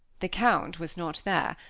the count was not there,